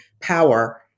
power